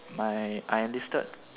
my I enlisted